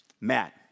Matt